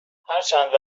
هرچند